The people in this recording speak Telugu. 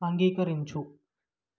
అంగీకరించు